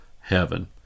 heaven